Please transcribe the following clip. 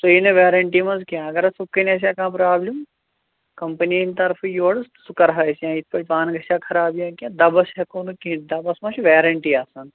سُہ یِیہِ نہٕ ویرَنٹی منٛز کیٚنٛہہ اَگر اَتھ ہُتھٕ کٔنۍ آسہِ ہا کانٛہہ پرٛابلِم کَمپٔنی ہٕنٛدِ طرفہٕ یورٕ سُہ کَرٕہا أسۍ یا یِتھٕ پٲٹھۍ پانہٕ گژھِ ہا خراب یا کیٚنٛہہ دَبَس ہٮ۪کو نہٕ کِہیٖنۍ دَبَس ما چھِ ویرَنٹی آسان